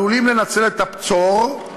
עלולים לנצל את הפטור,